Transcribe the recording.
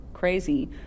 Crazy